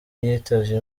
yitavye